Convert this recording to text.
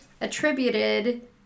attributed